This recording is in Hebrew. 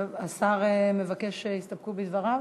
טוב, השר מבקש שיסתפקו בדבריו?